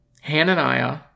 Hananiah